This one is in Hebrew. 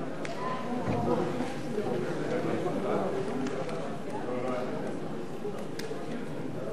חוק יישום תוכנית ההתנתקות (תיקון מס' 3),